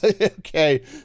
Okay